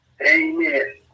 Amen